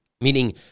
Meaning